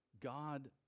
God